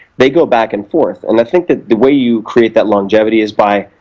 they go back and forth. and i think that the way you create that longevity is by,